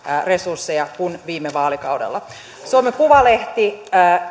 resursseja kuin viime vaalikaudella suomen kuvalehti